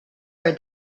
are